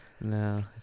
No